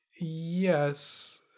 Yes